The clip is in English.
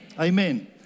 Amen